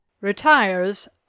Retires